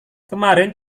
kemarin